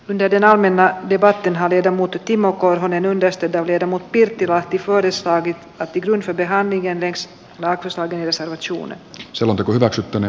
vinjetina minä tivattiin hallita mutta timo korhonen yleistetään jermut pirttilahti suoristaa kotikylänsä pihan liikenneksi tarkistaa saivat suunne selonteko hyväksyttynä